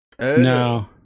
No